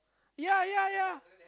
ya ya ya